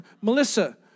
Melissa